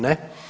Ne.